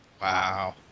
wow